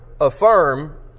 affirm